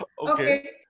Okay